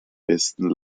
besten